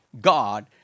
God